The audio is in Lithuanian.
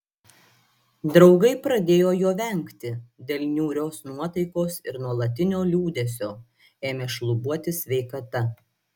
draugai pradėjo jo vengti dėl niūrios nuotaikos ir nuolatinio liūdesio ėmė šlubuoti sveikata